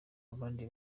abandi